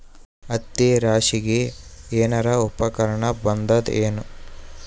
ಹತ್ತಿ ರಾಶಿಗಿ ಏನಾರು ಉಪಕರಣ ಬಂದದ ಏನು?